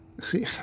See